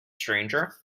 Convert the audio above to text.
stranger